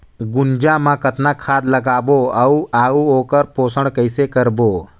गुनजा मा कतना खाद लगाबो अउ आऊ ओकर पोषण कइसे करबो?